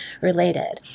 related